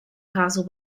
castle